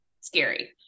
scary